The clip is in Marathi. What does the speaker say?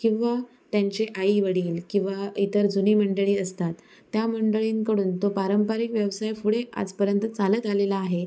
किंवा त्यांचे आईवडील किंवा इतर जुनी मंडळी असतात त्या मंडळींकडून तो पारंपारिक व्यवसाय पुढे आजपर्यंत चालत आलेला आहे